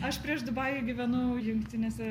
aš prieš dubajų gyvenau jungtinėse